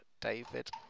david